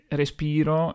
respiro